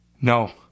No